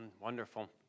Wonderful